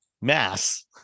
mass